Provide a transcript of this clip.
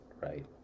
right